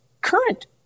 current